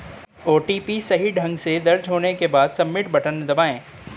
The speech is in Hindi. ओ.टी.पी सही ढंग से दर्ज हो जाने के बाद, सबमिट बटन दबाएं